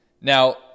Now